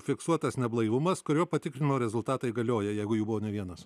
fiksuotas neblaivumas kurio patikrinimo rezultatai galioja jeigu jų buvo ne vienas